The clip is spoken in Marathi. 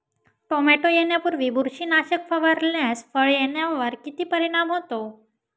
टोमॅटो येण्यापूर्वी बुरशीनाशक फवारल्यास फळ येण्यावर किती परिणाम होतो?